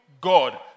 God